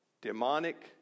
Demonic